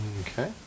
okay